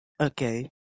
Okay